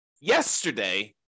yesterday